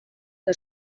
que